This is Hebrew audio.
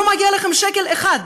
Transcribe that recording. לא מגיע לכם שקל אחד,